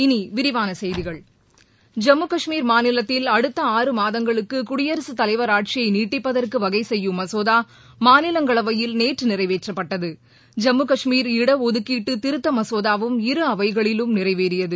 இனி விரிவான செய்திகள் ஜம்மு கஷ்மீர் மாநிலத்தில் அடுத்த ஆறு மாதங்களுக்கு குடியரசுத் தலைவர் ஆட்சியை நீட்டிப்பதற்கு வகை செய்யும் மசோதா மாநிலங்களவையில் நேற்று நிறைவேற்றப்பட்டது ஜம்மு கஷ்மீர் இடஒதுக்கீட்டு திருத்த மசோதாவும் இரு அவைகளிலும் நிறைவேறியது